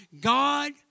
God